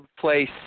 place